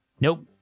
Nope